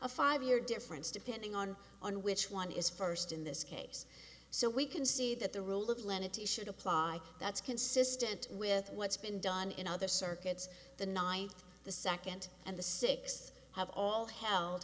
a five year difference depending on on which one is first in this case so we can see that the role of lenity should apply that's consistent with what's been done in other circuits the night the second and the six have all hel